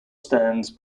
stands